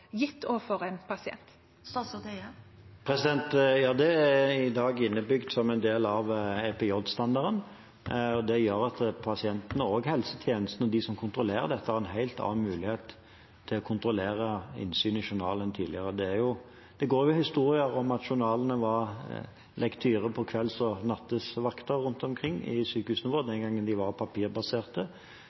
del av EPJ-standarden. Det gjør at pasientene og helsetjenesten og de som kontrollerer dette, har en helt annen mulighet til å kontrollere innsyn i journalen enn tidligere. Det går historier om at journalene var lektyre på kvelds- og nattevakter rundt omkring på sykehusene våre den gang da de var